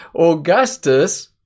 Augustus